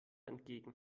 entgegen